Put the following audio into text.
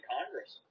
Congress